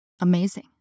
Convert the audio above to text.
Amazing